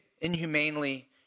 inhumanely